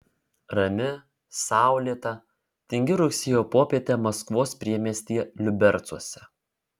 rami saulėta tingi rugsėjo popietė maskvos priemiestyje liubercuose